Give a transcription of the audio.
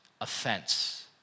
offense